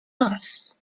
moss